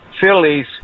Phillies